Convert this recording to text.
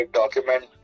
document